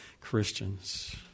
Christians